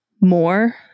more